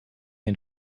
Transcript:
den